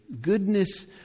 Goodness